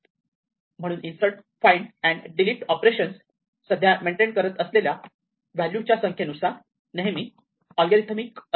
म्हणून insert find and delete operations ते सध्या मेंटेन करत असलेल्या व्हॅल्यू च्या संख्येनुसार नेहमी लॉगरिदमिक असतात